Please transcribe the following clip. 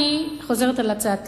אני חוזרת על הצעתי: